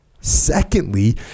Secondly